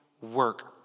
work